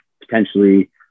potentially